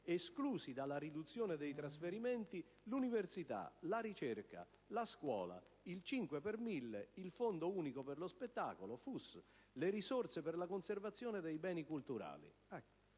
esclusi dalla riduzione dei trasferimenti l'università, la ricerca, la scuola, il 5 per mille, il Fondo unico per lo spettacolo e le risorse per la conservazione dei beni culturali.